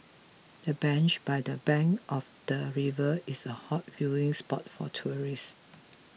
the bench by the bank of the river is a hot viewing spot for tourists